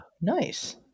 Nice